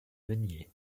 meunier